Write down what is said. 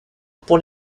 pour